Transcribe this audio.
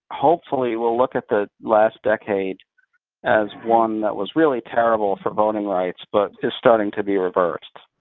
hopefully we'll look at the last decade as one that was really terrible for voting rights, but is starting to be reversed.